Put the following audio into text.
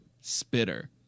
spitter